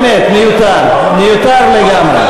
באמת, מיותר, מיותר לגמרי.